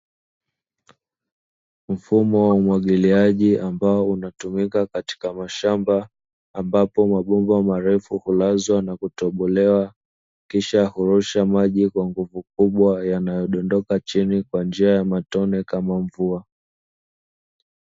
Mfumo wa umwagiliaji ambao unatumika katika mashamba, ambapo mabomba marefu hulazwa na kutobolewa kisha hurusha maji kwa nguvu kubwa yanayodondoka chini kwa matone kama mvua.